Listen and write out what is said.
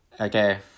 Okay